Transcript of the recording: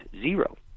Zero